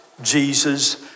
Jesus